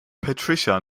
patricia